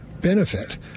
benefit